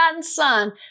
son